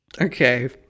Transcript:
Okay